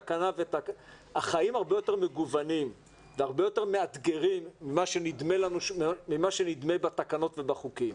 החיים הרבה יותר מגוונים והרבה יותר מאתגרים מכפי שנדמה בתקנות ובחוקים.